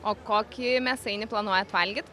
o kokį mėsainį planuojat valgyt